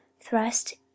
thrust